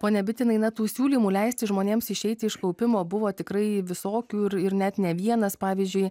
pone bitinai na tų siūlymų leisti žmonėms išeiti iš kaupimo buvo tikrai visokių ir ir net ne vienas pavyzdžiui